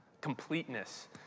completeness